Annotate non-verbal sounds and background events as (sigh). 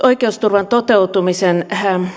(unintelligible) oikeusturvan toteutumisen